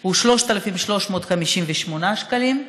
הוא 3,358 שקלים,